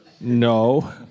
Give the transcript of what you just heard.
No